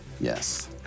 yes